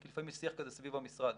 לפעמים יש שיח כזה סביב המשרד,